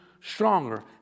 stronger